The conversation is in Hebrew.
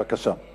בבקשה.